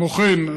כמו כן,